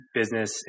business